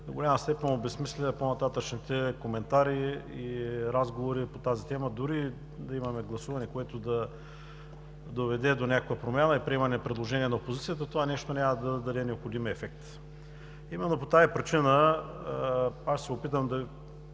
до голяма степен обезсмисляме по-нататъшните коментари и разговори по тази тема, дори да имаме гласуване, което да доведе до някаква промяна и приемане на предложения на опозицията, това нещо няма да даде необходимия ефект. Именно по тази причина аз ще се опитам, макар